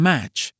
Match